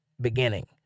beginning